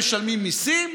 שניהם משלמים מיסים,